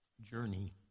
journey